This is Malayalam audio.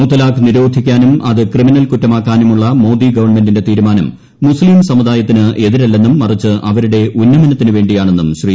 മുത്തലാഖ് നിരോധിക്കാനും അത് ക്രിമിനൽ കുറ്റമാക്കാനുമുള്ള മോദി ഗവൺമെന്റിന്റെ തീരുമാനം മുസ്ലീം സമുദായത്തിന് എതിരല്ലെന്നും മറിച്ച് അവരുടെ ഉന്നമനത്തിനുവേണ്ടിയാണെന്നും ശ്രീ